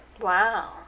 Wow